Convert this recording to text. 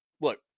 look